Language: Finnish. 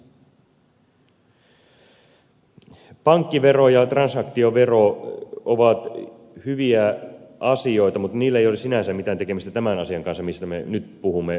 pankkivero ja transaktiovero ovat hyviä asioita mutta niillä ei ole sinänsä mitään tekemistä tämän asian kanssa mistä me nyt puhumme